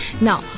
Now